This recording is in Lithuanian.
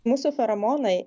mūsų feromonai